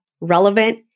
relevant